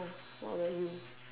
uh where are you